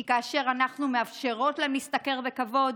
כי כאשר אנחנו מאפשרות להן להשתכר בכבוד,